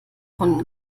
von